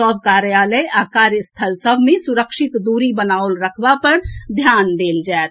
सभ कार्यालय आ कार्य स्थल सभ मे सुरक्षित दूरी बनाओल रखबा पर ध्यान देल जाएत